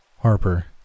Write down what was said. Harper